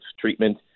treatment